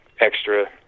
extra